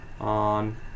on